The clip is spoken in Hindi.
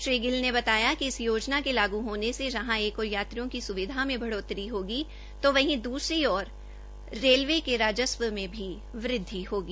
श्री गिल ने बताया कि इस योजना के लागू होने से जहां एक ओर यात्रियों की सुविधा में बढोतरी होगी तो वहीं दूसरी ओर रेलवे के राजस्व में भी वृद्धि होगी